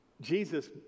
jesus